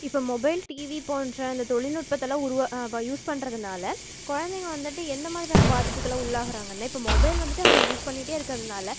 இப்போ mobile TV போன்ற அந்த தொழில்நுட்பத்தில் உரு இப்போ யூஸ் பண்ணுறதுனால குழந்தைங்க வந்துட்டு எந்த மாதிரியான பாதிப்புகள் உள்ளாகுறாங்கனே இப்போ மொபைல் வந்துட்டு அவங்க யூஸ் பண்ணிகிட்டே இருக்குறதனால